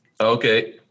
Okay